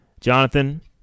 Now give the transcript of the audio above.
Jonathan